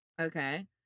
Okay